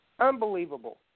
Unbelievable